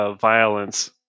violence